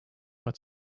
but